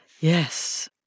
Yes